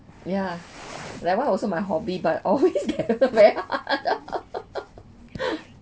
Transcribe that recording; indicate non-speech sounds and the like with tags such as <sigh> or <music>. ya that one also my hobby but always <laughs> cannot